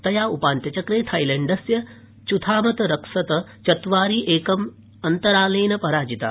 तया उपान्त्यचक्रे थाईलैण्डस्य चुथामत रक्सत चत्वारि एकम् अंकान्तरालेन पराजिता